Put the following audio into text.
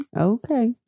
Okay